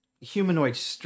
humanoid